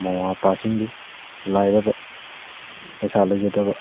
ꯃꯃꯥ ꯃꯄꯥꯁꯤꯡꯗꯨ ꯂꯥꯏꯔꯕ ꯄꯩꯁꯥ ꯂꯩꯖꯗꯕ